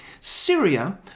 Syria